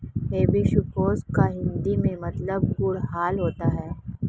hibiscus का हिंदी में मतलब गुड़हल होता है